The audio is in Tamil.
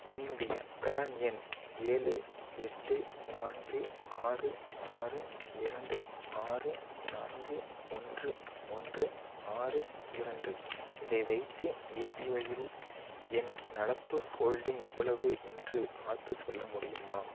என்னுடைய ப்ரான் எண் ஏழு எட்டு நான்கு ஆறு ஆறு இரண்டு ஆறு நான்கு ஒன்று ஒன்று ஆறு இரண்டு இதை வைத்து ஏபிஒய்யில் என் நடப்பு ஹோல்டிங் எவ்வளவு என்று பார்த்துச் சொல்ல முடியுமா